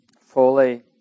fully